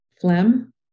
phlegm